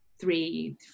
three